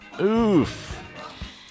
Oof